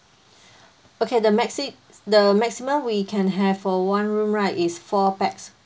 okay the maxi~ the maximum we can have for one room right is four pax